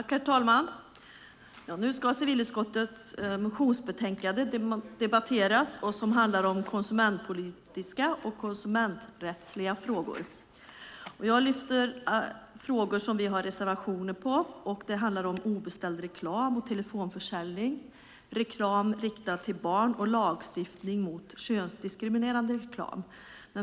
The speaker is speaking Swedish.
Herr talman! Vi ska nu debattera civilutskottets motionsbetänkande om konsumentpolitiska och konsumenträttsliga frågor. Jag väljer att lyfta fram de frågor som vi har reservationer om, nämligen obeställd reklam och telefonförsäljning, reklam riktad till barn och lagstiftning mot könsdiskriminerande reklam.